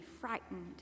frightened